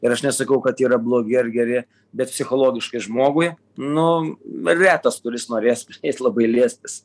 ir aš nesakau kad jie yra blogi ar geri bet psichologiškai žmogui nu retas kuris norės jais labai liestis